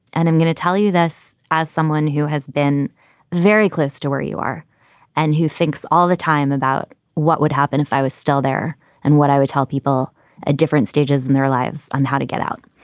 and i'm going to tell you this. as someone who has been very close to where you are and who thinks all the time about what would happen if i was still there and what i would tell people at ah different stages in their lives on how to get out.